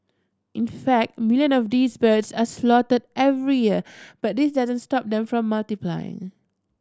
in fact million of these birds are slaughtered every year but this doesn't stop them from multiplying